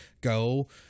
go